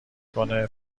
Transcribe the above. کنه